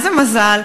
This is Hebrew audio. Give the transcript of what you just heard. איזה מזל?